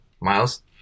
Miles